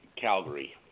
Calgary